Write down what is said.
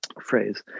phrase